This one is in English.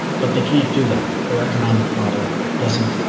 but they can't do that. their economic model doesn't.